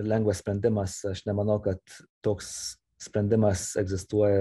lengvas sprendimas aš nemanau kad toks sprendimas egzistuoja